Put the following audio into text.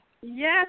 Yes